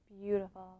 beautiful